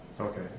Okay